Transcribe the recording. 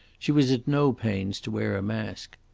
she was at no pains to wear a mask.